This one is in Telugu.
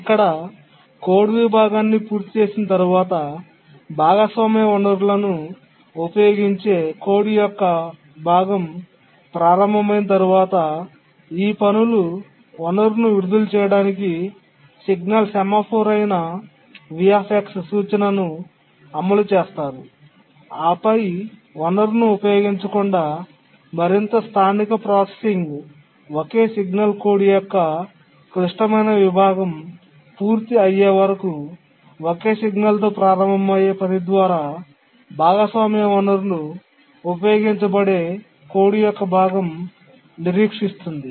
ఇక్కడ కోడ్ విభాగాన్ని పూర్తి చేసిన తరువాత భాగస్వామ్య వనరులను ఉపయోగించే కోడ్ యొక్క భాగం ప్రారంభమైన తర్వాత ఈ పనులు వనరును విడుదల చేయడానికి సిగ్నల్ సెమాఫోర్ అయిన V సూచనను అమలు చేస్తారు ఆపై వనరును ఉపయోగించకుండా మరింత స్థానిక ప్రాసెసింగ్ ఒకే సిగ్నల్ కోడ్ యొక్క క్లిష్టమైన విభాగం పూర్తి అయ్యే వరకు ఒకే సిగ్నల్తో ప్రారంభమయ్యే పని ద్వారా భాగస్వామ్య వనరు ఉపయోగించబడే కోడ్ యొక్క భాగం నిరీక్షిస్తుంది